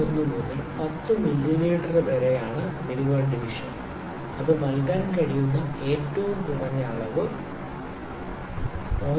01 മുതൽ 10 മില്ലീമീറ്റർ വരെയാണ് മിനിമം ഡിവിഷൻ അത് നൽകാൻ കഴിയുന്ന ഏറ്റവും കുറഞ്ഞ അളവ് 0